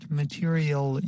material